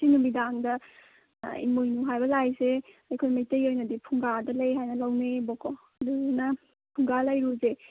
ꯁꯤ ꯅꯨꯃꯤꯗꯥꯡꯗ ꯏꯃꯣꯏꯅꯨ ꯍꯥꯏꯕ ꯂꯥꯏꯁꯦ ꯑꯩꯈꯣꯏ ꯃꯩꯇꯩꯒꯤ ꯑꯣꯏꯅꯗꯤ ꯐꯨꯡꯒꯥꯗ ꯂꯩ ꯍꯥꯏꯅ ꯂꯧꯅꯩꯌꯦꯕꯀꯣ ꯑꯗꯨꯗꯨꯅ ꯐꯨꯡꯒꯥ ꯂꯥꯏꯔꯨꯁꯦ